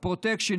הפרוטקשן,